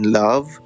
love